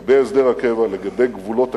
לגבי הסדר הקבע, לגבי גבולות הקבע,